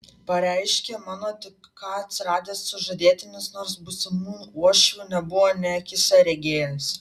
pareiškė mano tik ką atsiradęs sužadėtinis nors būsimų uošvių nebuvo nė akyse regėjęs